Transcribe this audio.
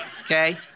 Okay